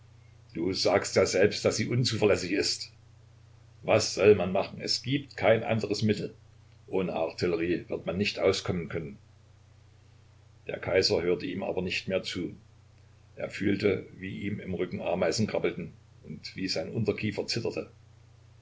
du sagst ja selbst daß sie unzuverlässig ist was soll man machen es gibt kein anderes mittel ohne artillerie wird man nicht auskommen können der kaiser hörte ihm aber nicht mehr zu er fühlte wie ihm im rücken ameisen krabbelten und wie sein unterkiefer zitterte